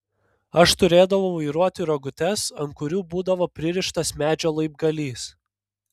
aš turėdavau vairuoti rogutes ant kurių būdavo pririštas medžio laibgalys